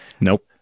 Nope